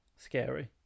Scary